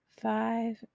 five